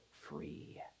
free